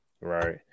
Right